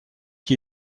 qui